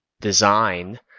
design